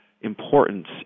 importance